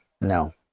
no